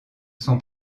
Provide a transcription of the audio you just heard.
son